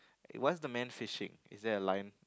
what's the man finishing is there a line